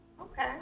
Okay